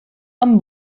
amb